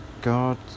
...God